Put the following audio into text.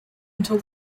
until